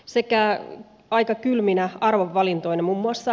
sekään aika kylminä arvovalintoja muun muassa